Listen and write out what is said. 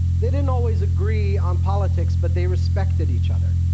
they didn't always agree on politics, but they respected each other.